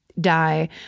die